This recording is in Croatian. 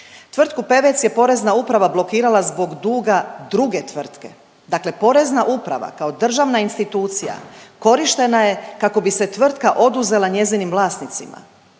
Tvrtku Pevec je Porezna uprava blokirala zbog duga druge tvrtke, dakle Porezna uprava kao državna institucija korištena je kako bi se tvrtka oduzela njezinim vlasnicima.